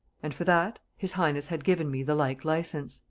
and for that his highness had given me the like licence.